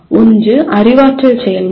ஒன்று அறிவாற்றல் செயல்முறை